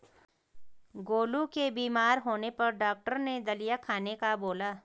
गोलू के बीमार होने पर डॉक्टर ने दलिया खाने का बोला